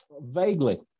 Vaguely